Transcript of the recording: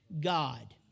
God